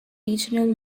regional